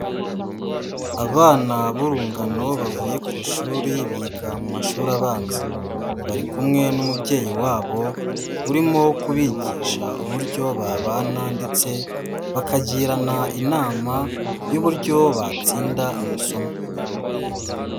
Abana b'urungano bavuye ku ishuri, biga mu mashuri abanza. Bari kumwe n'umubyeyi wabo, urimo kubigisha uburyo babana ndetse, bakagirana inama y'uburyo batsinda amasomo.